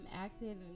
active